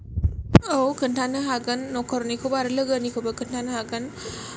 औ खोनथानो हागोन नखरनिखौबो आरो लोगोनिखौबो खोनथानो हागोन